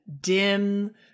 dim